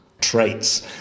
traits